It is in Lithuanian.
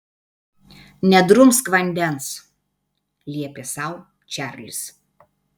nedrumsk vandens liepė sau čarlis